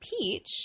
Peach